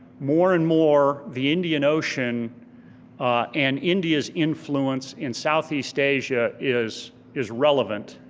more and more the indian ocean and india's influence in southeast asia is is relevant.